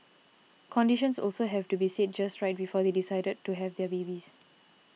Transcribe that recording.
conditions also have to be seen just right before they decide to have their babies